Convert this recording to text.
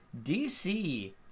DC